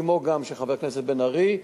כמו שחבר הכנסת בן-ארי,